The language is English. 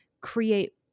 create